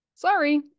Sorry